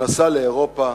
שנסע לאירופה